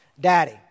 Daddy